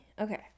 okay